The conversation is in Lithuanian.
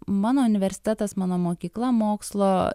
mano universitetas mano mokykla mokslo